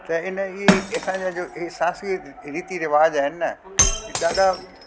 त हिन ये असांजा जो इहे सासी रीती रिवाज़ आहिनि न ॾाढा